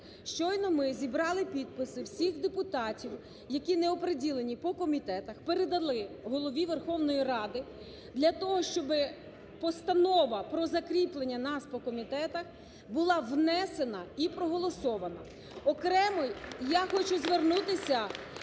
Щойно ми зібрали підписи всіх депутатів, які не приділені по комітетах, передали Голові Верховної Ради для того, щоб постанова про закріплення нас по комітетах була внесена і проголосована.